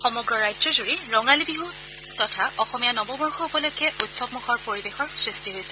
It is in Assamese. সমগ্ৰ ৰাজ্যজুৰি ৰঙালী বিহু তথা অসমীয়া নৱবৰ্ষ উপলক্ষে উৎসৱ মুখৰ পৰিৱেশৰ সৃষ্টি হৈছে